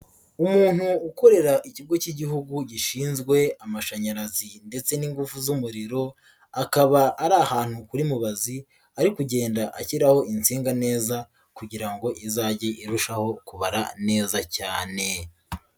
Umuntu ukorera Ikigo cy'igihugu gishinzwe amashanyarazi ndetse n'ingufu z'umuriro, akaba ari ahantu kuri mubazi, ari kugenda ashyiraho insinga neza kugira ngo izajye irushaho kubara neza cyane.